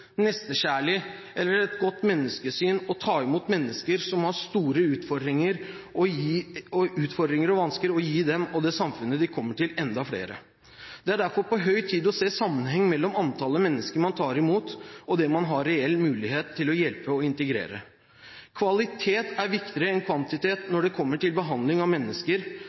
nestekjærlig eller et godt menneskesyn å ta imot mennesker som har store utfordringer og vansker og å gi dem og det samfunnet de kommer til, enda flere. Det er derfor på høy tid å se sammenhengen mellom antall mennesker man tar imot og det antall man har reell mulighet til å hjelpe og integrere. Kvalitet er viktigere enn kvantitet når det kommer til behandling av mennesker.